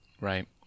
Right